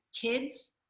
kids